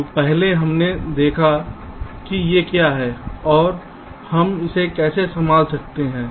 क्योंकि पहले हमने देखा है कि ये क्या हैं और हम इसे कैसे संभाल सकते हैं